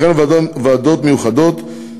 וכן על ועדות מיוחדות,